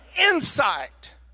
insight